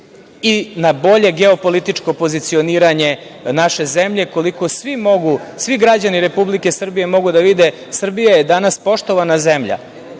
i na bolje geo-političko pozicioniranje naše zemlje. Koliko svi građani Republike Srbije mogu da vide, Srbija je danas poštovana zemlja,